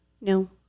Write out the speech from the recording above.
No